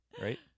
Right